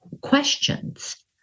questions